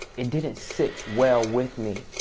it didn't sit well with me.